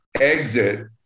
exit